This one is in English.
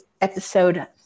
episode